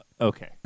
Okay